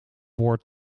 boord